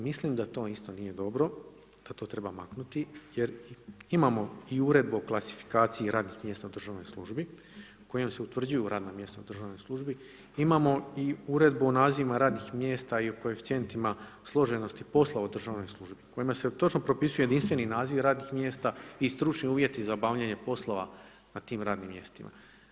Mislim da to isto nije dobro, da to treba maknuti jer imamo i Uredbu o klasifikaciji radnih mjesta u državnoj službi kojom se utvrđuju radna mjesta u državnoj službi, imamo i Uredbu o nazivima radnih mjesta i o koeficijentima složenosti poslova u državnoj službi kojima se točno propisuje jedinstveni naziv radnih mjesta i stručnu uvjeti za obavljanje poslova na tim radnim mjestima.